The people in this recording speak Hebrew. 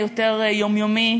היותר יומיומי,